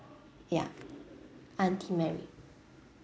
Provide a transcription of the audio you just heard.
ya aunty mary